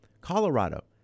Colorado